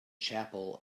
chapel